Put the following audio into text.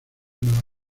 nueva